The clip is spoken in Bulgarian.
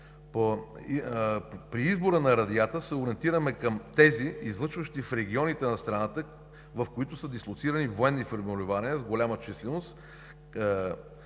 При избора на радиата се ориентираме към тези, излъчващи в регионите на страната, в които са дислоцирани военни формирования с голяма численост,